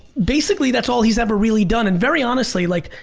basically that's all he's ever really done. and very honestly, like,